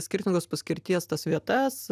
skirtingos paskirties tas vietas